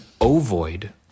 ovoid